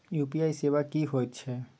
UPI सेवा की होयत छै?